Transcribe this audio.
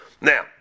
Now